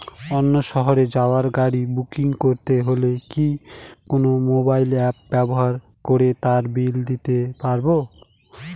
অন্য শহরে যাওয়ার গাড়ী বুকিং করতে হলে কি কোনো মোবাইল অ্যাপ ব্যবহার করে তার বিল দিতে পারব?